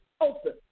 open